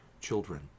children